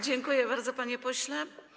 Dziękuję bardzo, panie pośle.